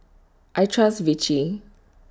I Trust Vichy